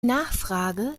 nachfrage